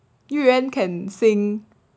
喻言 can sing